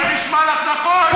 זה נשמע לך נכון?